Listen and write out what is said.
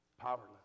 powerless